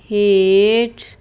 ਹੇਠ